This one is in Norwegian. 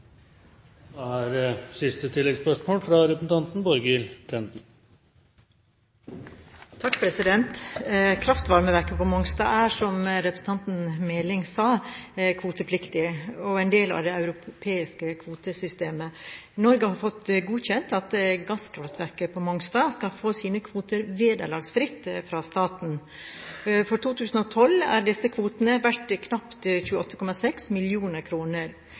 Representanten Borghild Tenden – til siste oppfølgingsspørsmål. Kraftvarmeverket på Mongstad er, som representanten Meling sa, kvotepliktig og en del av det europeiske kvotesystemet. Norge har fått godkjent at gasskraftverket på Mongstad skal få sine kvoter vederlagsfritt fra staten. For 2012 er disse kvotene verd knapt 28,6